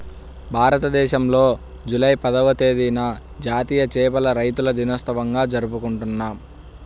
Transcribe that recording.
భారతదేశంలో జూలై పదవ తేదీన జాతీయ చేపల రైతుల దినోత్సవంగా జరుపుకుంటున్నాం